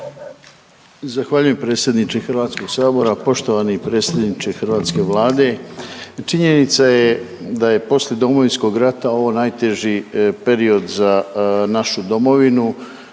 Zahvaljujem predsjedniče HS, poštovani predsjedniče hrvatske vlade. Činjenica je da je poslije Domovinskog rata ovo najteži period za našu domovinu,